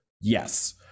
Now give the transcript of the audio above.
Yes